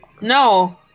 No